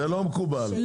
מקובל.